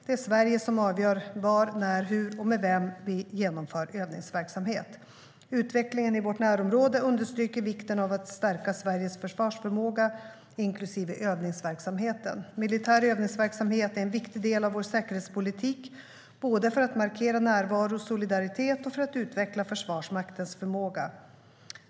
Det är Sverige som avgör var, när, hur och med vem vi genomför övningsverksamhet. Utvecklingen i vårt närområde understryker vikten av att stärka Sveriges försvarsförmåga, inklusive övningsverksamheten. Militär övningsverksamhet är en viktig del av vår säkerhetspolitik, både för att markera närvaro och solidaritet och för att utveckla Försvarsmaktens förmåga.